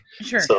Sure